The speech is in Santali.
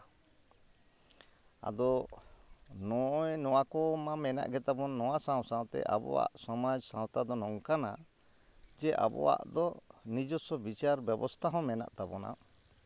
ᱟᱫᱚ ᱱᱚᱜᱼᱚᱭ ᱱᱚᱣᱟ ᱠᱚ ᱢᱟ ᱢᱮᱱᱟᱜ ᱜᱮᱛᱟ ᱵᱚᱱ ᱱᱚᱣᱟ ᱥᱟᱶ ᱥᱟᱶ ᱛᱮ ᱟᱵᱚᱣᱟᱜ ᱥᱚᱢᱟᱡᱽ ᱥᱟᱶᱛᱟ ᱫᱚ ᱱᱚᱝᱠᱟᱱᱟ ᱡᱮ ᱟᱵᱚᱣᱟᱜ ᱫᱚ ᱱᱤᱡᱚᱥᱥᱚ ᱵᱤᱪᱟᱨ ᱵᱮᱵᱚᱥᱛᱟ ᱦᱚᱸ ᱢᱮᱱᱟᱜ ᱛᱟᱵᱚᱱᱟ